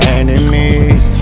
enemies